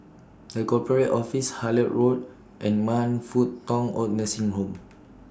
The Corporate Office Hullet Road and Man Fut Tong Oid Nursing Home